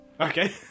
Okay